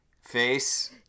face